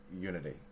unity